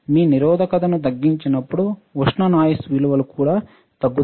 మరియు నిరోధకతను తగ్గించినప్పుడు ఉష్ణ నాయిస్ విలువలు కూడా తగ్గుతాయి